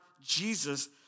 Jesus